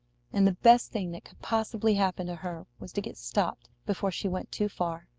and the best thing that could possibly happen to her was to get stopped before she went too far.